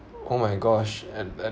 oh my gosh and then